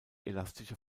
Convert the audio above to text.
elastische